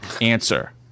answer